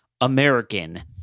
American